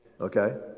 okay